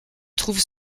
trouve